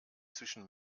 zwischen